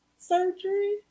surgery